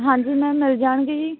ਹਾਂਜੀ ਮੈਮ ਮਿਲ ਜਾਣਗੇ ਜੀ